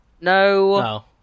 No